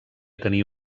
tenir